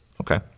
Okay